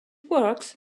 works